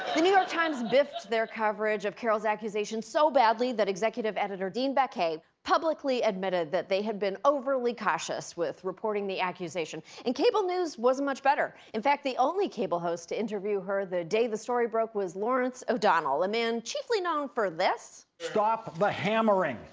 the new york times biffed their coverage of carroll's accusations so badly that executive editor dean baquet publicly admitted that they had been overly cautious with reporting the accusation. and cable news wasn't much better. in fact, the only cable host to interview her the day the story broke was lawrence o'donnell, a man chiefly known for this stop the hammering!